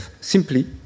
simply